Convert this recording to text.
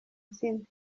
zine